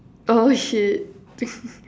oh shit